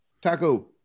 Taco